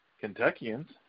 Kentuckians